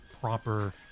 proper